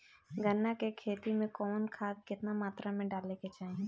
गन्ना के खेती में कवन खाद केतना मात्रा में डाले के चाही?